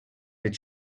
did